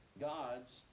God's